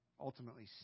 ultimately